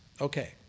Okay